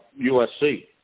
USC